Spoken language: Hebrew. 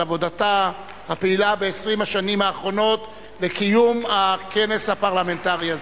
על עבודתה הפעילה ב-20 השנים האחרונות לקיום הכנס הפרלמנטרי הזה.